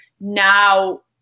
now